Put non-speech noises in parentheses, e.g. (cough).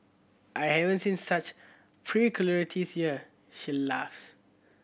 I haven't seen such (unintelligible) here she laughs